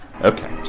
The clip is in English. Okay